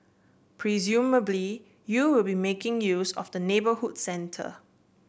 presumably you will be making use of the neighbourhoods centre